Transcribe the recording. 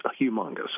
humongous